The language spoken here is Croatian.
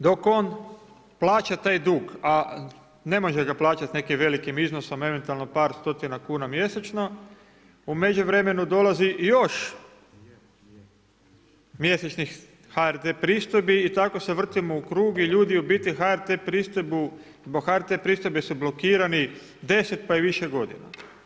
Dok on plaća taj dug, a ne može ga plaćati nekim velikim iznosom, eventualno par stotina kuna mjesečno, u međuvremenu dolazi i još mjesečnih HRT pristojbi i tako se vrtimo u krug i ljudi, u biti HRT pristojbu, zbog HRT pristojbe su blokirani 10 pa i više godina.